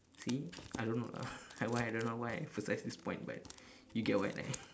see I don't know lah why I don't know why I emphasize this point but you get what I